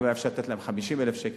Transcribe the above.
אם אפשר היה לתת להם 50,000 שקל,